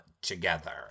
together